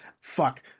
fuck